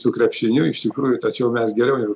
su krepšiniu iš tikrųjų tačiau mes geriau jau